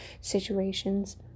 situations